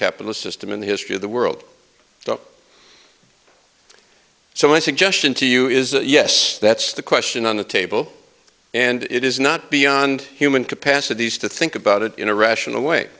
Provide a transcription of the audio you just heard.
capital system in the history of the world so my suggestion to you is yes that's the question on the table and it is not beyond human capacities to think about it in a rational way